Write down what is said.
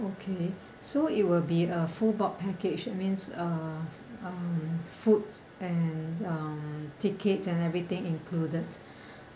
okay so it will be a full board package means uh um food and um tickets and everything included